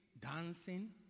dancing